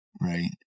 right